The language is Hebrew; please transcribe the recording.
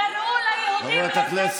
השקט במדינה.